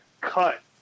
cut